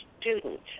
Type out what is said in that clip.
student